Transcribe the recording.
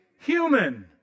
human